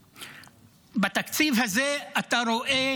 בתקציב הזה אתה רואה